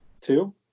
Two